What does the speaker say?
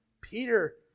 Peter